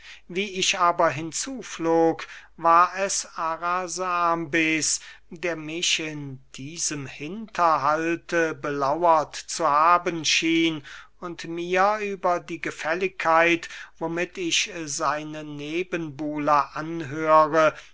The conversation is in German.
wie ich aber hinzuflog war es arasambes der mich in diesem hinterhalte belauert zu haben schien und mir über die gefälligkeit womit ich seine nebenbuhler anhöre